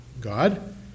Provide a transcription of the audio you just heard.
God